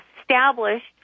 established